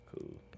cool